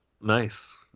nice